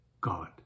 God